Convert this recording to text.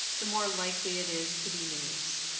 the more likely it is to be news.